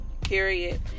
period